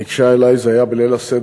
ניגשה אלי,